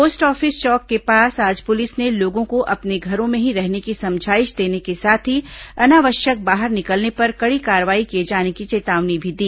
post office चौक के पास आज पुलिस ने लोगों को अपने घरों में ही रहने की समझाईश देने के साथ ही अनावश्यक बाहर निकलने पर कड़ी कार्रवाई किए जाने की चेतावनी भी दी